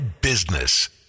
Business